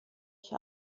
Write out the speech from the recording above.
ich